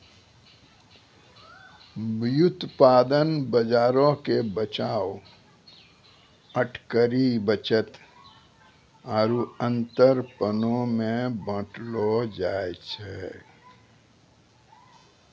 व्युत्पादन बजारो के बचाव, अटकरी, बचत आरु अंतरपनो मे बांटलो जाय छै